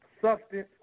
substance